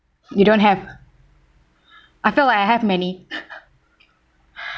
you don't have I felt like I have many